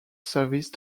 service